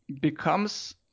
becomes